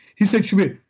he said subir,